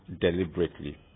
deliberately